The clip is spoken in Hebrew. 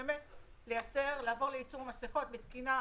בקשה לעבור לייצור מסכות בתקינה,